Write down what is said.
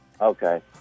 Okay